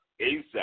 ASAP